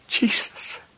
Jesus